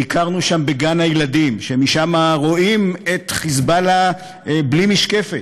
ביקרנו שם בגן הילדים שמשם רואים את "חיזבאללה" בלי משקפת.